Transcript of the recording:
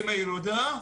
מה זה מילודה?